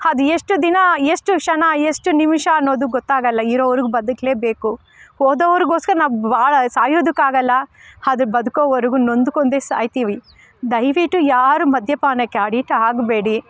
ಅದು ಎಷ್ಟು ದಿನ ಎಷ್ಟು ಕ್ಷಣ ಎಷ್ಟು ನಿಮಿಷ ಅನ್ನೋದು ಗೊತ್ತಾಗಲ್ಲ ಇರೋವರೆಗೂ ಬದುಕಲೇಬೇಕು ಹೋದೋರಿಗೋಸ್ಕರ ನಾವು ಭಾಳ ಸಾಯೋದಕ್ಕಾಗಲ್ಲ ಆದ್ರೆ ಬದುಕೋವರೆಗೂ ನೊಂದುಕೊಂಡೇ ಸಾಯ್ತೀವಿ ದಯವಿಟ್ಟು ಯಾರೂ ಮದ್ಯಪಾನಕ್ಕೆ ಅಡಿಟ್ ಆಗಬೇಡಿ